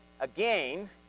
again